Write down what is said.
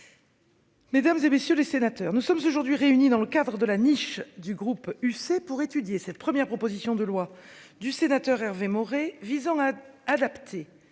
Mesdames, et messieurs les sénateurs, nous sommes aujourd'hui réunis dans le cadre de la niche du groupe UC pour étudier cette première proposition de loi du sénateur Hervé Maurey visant à adapter